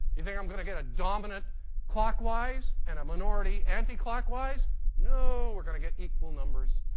you think i'm going to get a dominant clockwise and a minority anti-clockwise? no. we're going to get equal numbers.